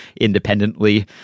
independently